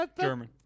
German